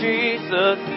Jesus